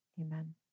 amen